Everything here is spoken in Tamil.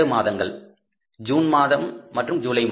இரண்டு மாதங்கள் ஜூன் மற்றும் ஜூலை